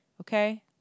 okay